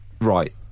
right